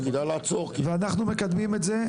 אנחנו מקדמים את זה,